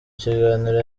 kiganiro